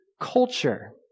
culture